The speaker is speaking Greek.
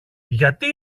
γιατί